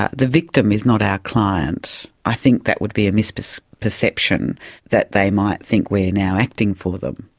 ah the victim is not our client, i think that would be a misperception, that they might think we're now acting for them.